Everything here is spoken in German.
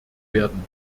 werden